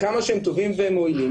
כמה שהם טובים והם מועילים,